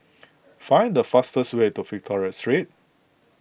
find the fastest way to Victoria Street